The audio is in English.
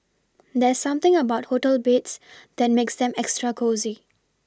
there's something about hotel beds that makes them extra cosy